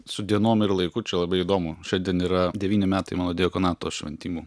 su dienom ir laiku čia labai įdomu šiandien yra devyni metai mano diakonato šventimų